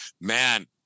man